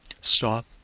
stop